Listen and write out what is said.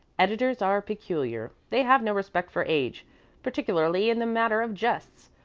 editors are peculiar. they have no respect for age particularly in the matter of jests.